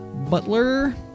butler